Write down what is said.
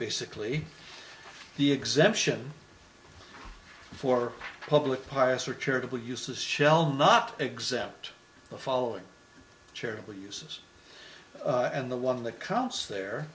basically the exemption for public pious or charitable uses shall not exempt following charitable uses and the one that counts there